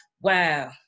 Wow